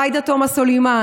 עאידה תומא סלימאן,